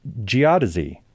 geodesy